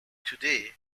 today